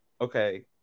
okay